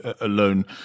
alone